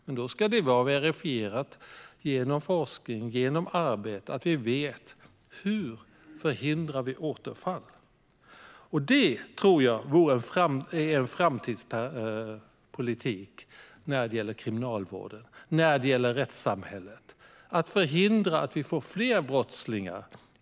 Men då ska detta vara verifierat genom forskning, så att vi vet hur man förhindrar återfall. Det vore en framtidspolitik när det gäller kriminalvården och rättssamhället att förhindra att det blir fler brottslingar.